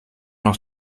noch